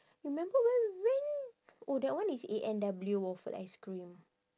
remember where we went oh that one is A&W waffle ice cream